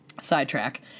sidetrack